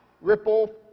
ripple